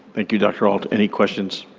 thank you, dr. ault. any questions?